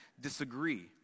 disagree